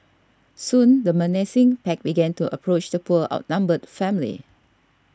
soon the menacing pack began to approach the poor outnumbered family